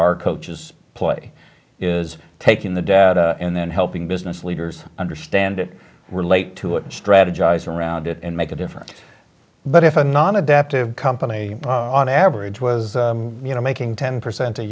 our coaches play is taking the data and then helping business leaders understand it relate to it and strategize around it and make a difference but if a non adaptive company on average was making ten percent a